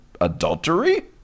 adultery